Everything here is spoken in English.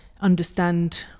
understand